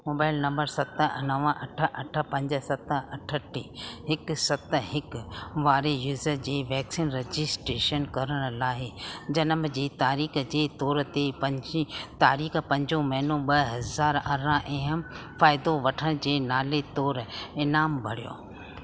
mobile number सत नव अठ अठ पंज सत अठ टे हिकु सत हिकु वारे यूजर जी वैक्सीन रजिस्ट्रेशन करण लाइ जनम जी तारीख़ जे तोरु ते पंजी तारीख़ पंजो महीनो ॿ हज़ार अरिरां ऐ फ़ाइदो वठंद्ड़ु जे नाले तोरु ईमान भरियो